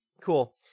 Cool